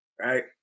right